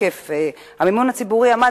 לתוקף המימון עמד,